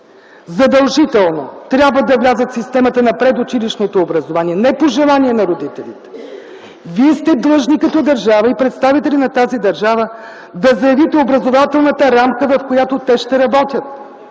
задължително трябва да влязат в системата на предучилищното образование не по желание на родителите, вие сте длъжни като държава и представители на тази държава да заявите образователната рамка, в която те ще работят.